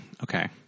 okay